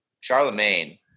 charlemagne